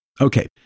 Okay